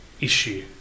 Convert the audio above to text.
issue